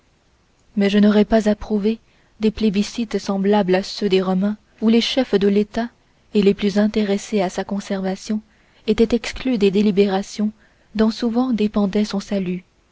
mais je n'aurais pas approuvé des plébiscites semblables à ceux des romains où les chefs de l'état les plus intéressés à sa conservation étaient exclus des délibérations dont souvent dépendait son salut